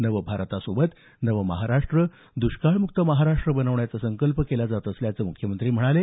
नवभारतासोबत नव महाराष्ट्र द्ष्काळम्क्त महाराष्ट्र बनवण्याचा संकल्प केला असल्याचं मुख्यमंत्री म्हणाले